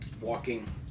walking